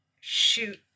shoot